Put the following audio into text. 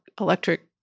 electric